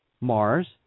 Mars